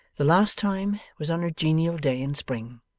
the last time was on a genial day in spring.